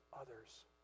others